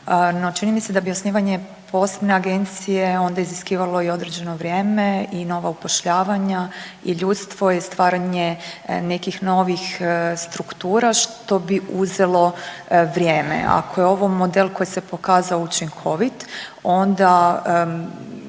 čini mi se da bi osnivanje posebne agencije onda iziskivalo i određeno vrijeme i nova upošljavanja i ljudstvo i stvaranje nekih novih struktura što bi uzelo vrijeme. Ako je ovo model koji se pokazao učinkovit, onda